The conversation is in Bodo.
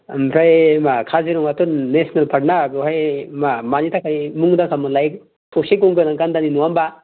ओमफ्राय मा काजिरङायाथ' नेसनेल पार्कना बहाय मा मानि थाखाय मुंदांखा मोनलाय थसे गं गोनां गान्दानि नङा होम्बा